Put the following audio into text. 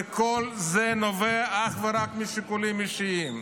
וכל זה נובע אך ורק משיקולים אישיים.